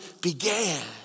began